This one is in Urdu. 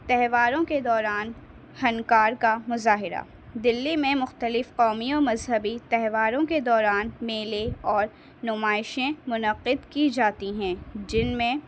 تہواروں کے دوران فنکار کا مظاہرہ دلی میں مختلف قومیوں مذہبی تہواروں کے دوران میلے اور نمائشیں منعقد کی جاتی ہیں جن میں